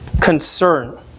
concern